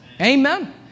Amen